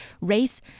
race